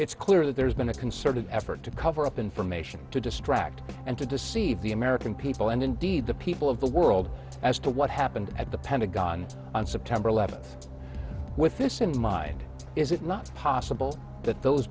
it's clear that there's been a concerted effort to cover up information to distract and to deceive the american people and indeed the people of the world as to what happened at the pentagon on september eleventh with this in mind is it not possible that those